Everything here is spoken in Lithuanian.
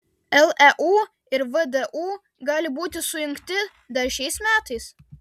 leu ir vdu gali būti sujungti dar šiais metais